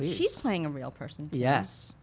she's playing a real person too yes.